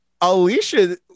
alicia